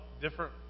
different